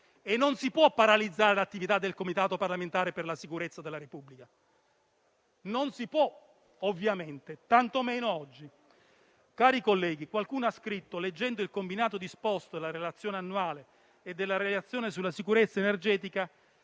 Non si può paralizzare l'attività del Comitato parlamentare per la sicurezza della Repubblica; non lo si può fare, ovviamente, tantomeno oggi. Cari colleghi, leggendo il combinato disposto della relazione annuale e della relazione sulla sicurezza energetica,